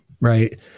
right